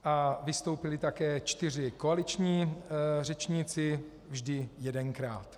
A vystoupili také 4 koaliční řečníci, vždy jedenkrát.